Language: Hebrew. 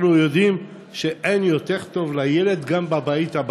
אנחנו יודעים שאין יותר טוב לילד מאשר בבית,